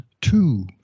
two